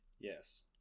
Yes